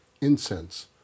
incense